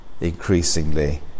increasingly